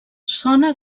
sona